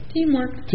Teamwork